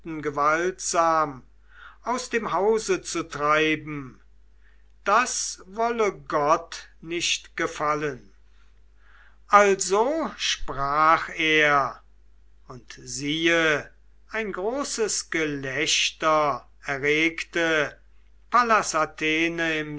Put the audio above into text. gewaltsam aus dem hause zu treiben das wolle gott nicht gefallen also sprach er und siehe ein großes gelächter erregte pallas athene